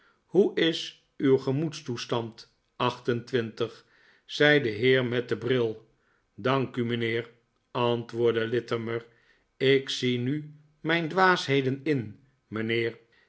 hoe is uw gemoedstoestand acht en twintig zei de heer met den bril dank u mijnheer antwoordde littimer ik zie nu mijn dwaasheden in mijnheer